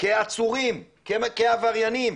כעצורים, כעבריינים.